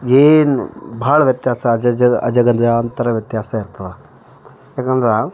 ಏನು ಬಹಳ ವ್ಯತ್ಯಾಸ ಅಜಜ ಅಜಗಜಾಂತರ ವ್ಯತ್ಯಾಸ ಇರ್ತಾವ ಏಕೆಂದ್ರೆ